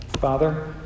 Father